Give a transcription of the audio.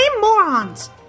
morons